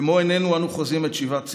במו עינינו אנו חוזים את שיבת ציון.